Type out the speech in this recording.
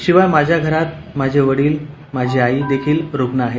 शिवाय माझ्या घरात माझे वडील माझी आई देखिल रूग्ण आहेत